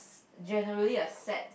generally a sad